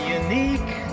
unique